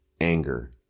Anger